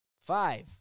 five